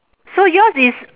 so yours is